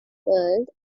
world